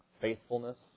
faithfulness